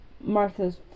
Martha's